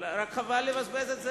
רק חבל לבזבז את זה.